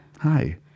Hi